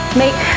make